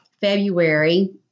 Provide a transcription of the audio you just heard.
February